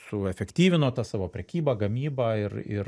suefektyvino tą savo prekybą gamybą ir ir